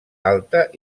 alta